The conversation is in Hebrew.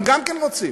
הם גם כן רוצים.